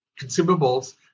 consumables